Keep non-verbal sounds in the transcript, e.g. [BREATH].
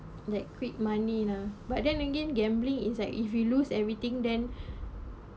like quick money lah but then again gambling is like if we lose everything then [BREATH]